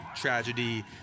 tragedy